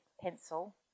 pencil